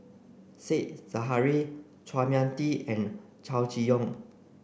Said Zahari Chua Mia Tee and Chow Chee Yong